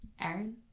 aaron